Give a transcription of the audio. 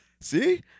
See